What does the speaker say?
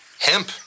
hemp